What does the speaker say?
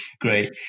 great